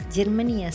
Germany